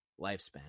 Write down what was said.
lifespan